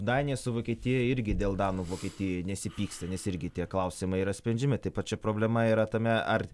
danija su vokietija irgi dėl danų vokietijoj nesipyksta nes irgi tie klausimai yra sprendžiami taip pat čia problema yra tame ar